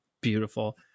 Beautiful